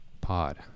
pod